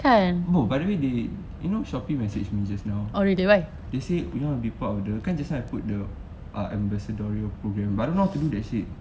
oh by the way you know Shopee message me just now they say you want to be part of the just now I put the ambassadorial program but I don't know how to do that shit